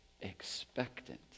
expectant